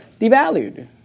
devalued